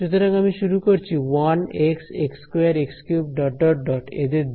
সুতরাং আমি শুরু করছি 1 x x2 x3 এদের নিয়ে